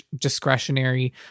discretionary